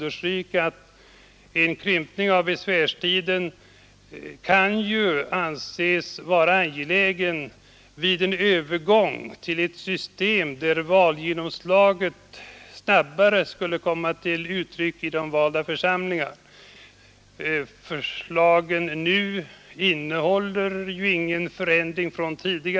En krympning av besvärstiden kan anses angelägen vid en övergång till ett system där valgenomslaget snabbare skall komma till uttryck i de valda församlingarna. Den föreliggande lagen innehåller emellertid ingen förändring i sådan riktning.